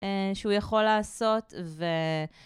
שהוא יכול לעשות ו...